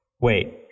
Wait